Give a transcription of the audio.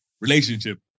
relationship